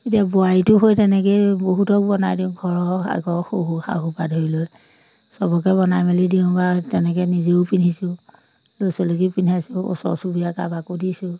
এতিয়া বোৱাৰীটো হৈ তেনেকেই বহুতক বনাই দিওঁ ঘৰৰ আগৰ শহু শাহু পৰা ধৰি লৈ সবকে বনাই মেলি দিওঁ বা তেনেকৈ নিজেও পিন্ধিছোঁ ল'ৰা ছোৱালীকো পিন্ধাইছোঁ ওচৰ চুবুৰীয়া কাৰোবাকো দিছোঁ